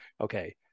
okay